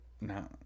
No